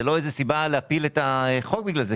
זאת לא סיבה להפיל את החוק בגלל זה